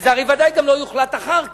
וזה הרי ודאי גם לא יוחלט אחר כך.